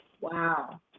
wow